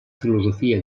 filosofia